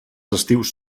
estius